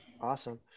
Awesome